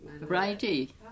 Righty